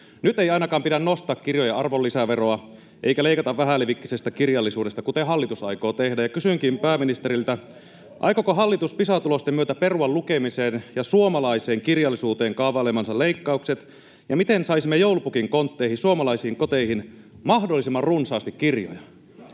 Nyt ei ainakaan pidä nostaa kirjojen arvonlisäveroa eikä leikata vähälevikkisestä kirjallisuudesta, kuten hallitus aikoo tehdä. Kysynkin pääministeriltä: Aikooko hallitus Pisa-tulosten myötä perua lukemiseen ja suomalaiseen kirjallisuuteen kaavailemansa leikkaukset? Ja miten saisimme joulupukin kontteihin suomalaisiin koteihin mahdollisimman runsaasti kirjoja?